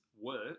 work